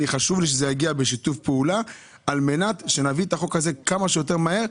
חשוב לי שזה יגיע בשיתוף פעולה על מנת שנביא את החוק הזה כמה שיותר מהר.